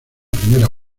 primera